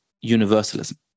universalism